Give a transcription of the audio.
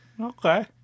Okay